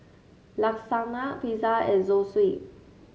Lasagna Pizza and Zosui